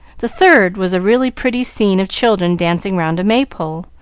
the third was a really pretty scene of children dancing round a may-pole,